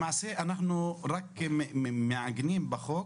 למעשה אנחנו מעגנים בחוק